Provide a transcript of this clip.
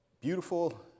beautiful